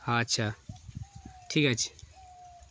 আচ্ছা ঠিক আছে